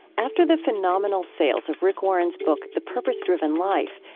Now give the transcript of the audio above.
after the phenomenal sales of rick warren's book the purpose driven life,